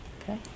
Okay